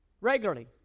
regularly